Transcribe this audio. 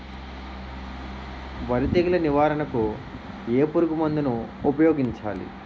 వరి తెగుల నివారణకు ఏ పురుగు మందు ను ఊపాయోగించలి?